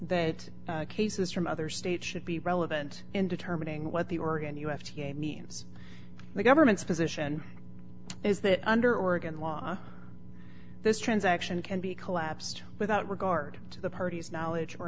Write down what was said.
that cases from other states should be relevant in determining what the oregon u f t a means the government's position is that under oregon law this transaction can be collapsed without regard to the parties knowledge or